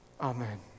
Amen